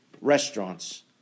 restaurants